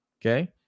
Okay